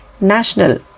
National